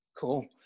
Cool